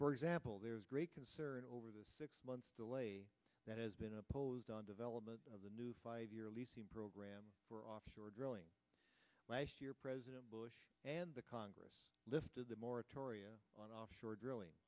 for example there is great concern over the six months delay that has been opposed on development of the new five year lease program for offshore drilling last year president bush and the congress lifted the moratorium on offshore drilling